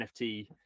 NFT